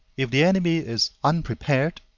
if the enemy is unprepared,